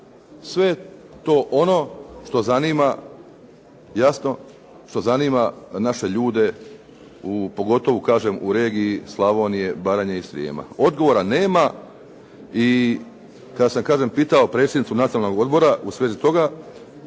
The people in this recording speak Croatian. je to ono što zanima, jasno, što zanima naše ljude, pogotovo kažem u regiji Slavonije, Baranje i Srijema. Odgovora nema i kada sam kažem pitao predsjednicu Nacionalnog odbora u svezi toga